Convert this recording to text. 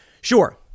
Sure